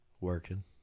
Working